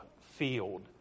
field